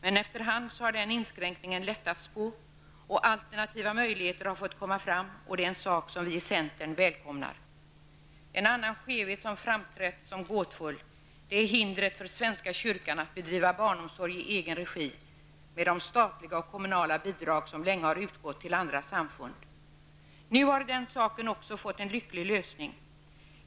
Men efter hand har man lättat på den inskränkningen. Alternativa möjligheter har fått komma fram, vilket vi i centern välkomnar. En annan skevhet som framstått som gåtfull är hindret för svenska kyrkan att bedriva barnomsorg i egen regi med hjälp av de statliga och kommunala bidrag som länge har utgått till andra samfund. Nu har också den saken fått en lycklig lösning.